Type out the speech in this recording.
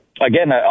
Again